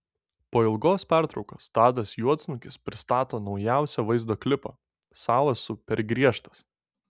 po ilgos pertraukos tadas juodsnukis pristato naujausią vaizdo klipą sau esu per griežtas